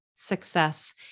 success